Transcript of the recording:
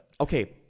Okay